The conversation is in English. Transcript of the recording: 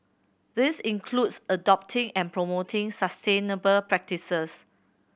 this includes adopting and promoting sustainable practices